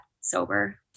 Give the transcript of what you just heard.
sober